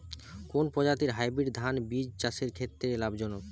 কোন প্রজাতীর হাইব্রিড ধান বীজ চাষের পক্ষে লাভজনক?